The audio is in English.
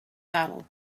saddle